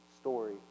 story